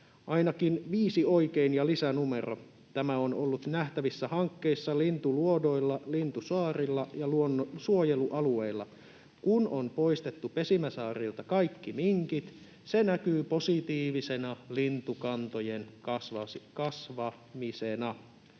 ”Ainakin viisi oikein ja lisänumero. Tämä on ollut nähtävissä hankkeissa lintuluodoilla, lintusaarilla ja suojelualueilla. Kun on poistettu pesimäsaarilta kaikki minkit, se näkyy positiivisena lintukantojen kasvamisena.”